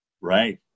Right